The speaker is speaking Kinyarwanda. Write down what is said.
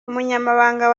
umunyamabanga